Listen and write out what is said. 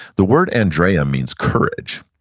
the word andrea means courage.